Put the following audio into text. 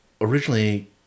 originally